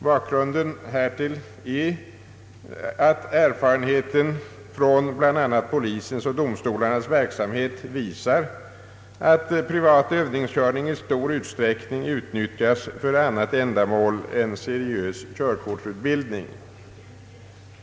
Bakgrunden härtill är att erfarenheten från bl.a. polisens och domstolarnas verksamhet visar att privat övningskörning i stor utsträckning utnyttjas för annat ändamål en seriös körkortsutbildning.